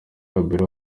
kabila